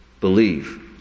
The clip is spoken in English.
believe